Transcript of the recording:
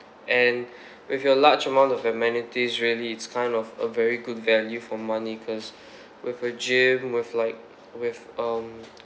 and with your large amount of amenities really it's kind of a very good value for money cause with a gym with like with um